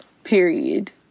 period